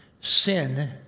Sin